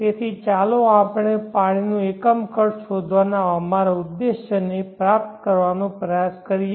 તેથી ચાલો આપણે પાણીનો એકમ ખર્ચ શોધવાના અમારા ઉદ્દેશ્યને પ્રાપ્ત કરવાનો પ્રયાસ કરીએ